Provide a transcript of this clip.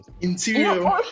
interior